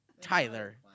Tyler